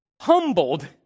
humbled